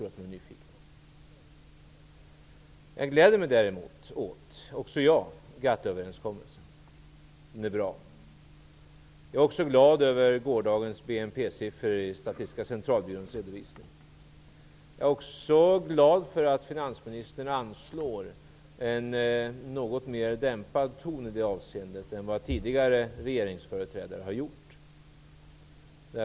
Jag tror att de är nyfikna. Också jag gläder mig åt GATT-överenskommelsen. Den är bra. Jag är likaså glad över gårdagens BNP siffror i Statistiska centralbyråns redovisning. Jag är dessutom glad för att finansministern anslår en något mer dämpad ton i det avseendet än vad tidigare regeringsföreträdare har gjort.